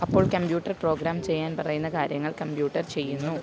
അപ്പോൾ computer program ചെയ്യാൻ പറയുന്ന കാര്യങ്ങൾ കമ്പ്യൂട്ടർ ചെയ്യുന്നു